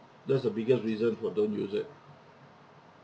that's the biggest reason for don't use it